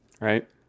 right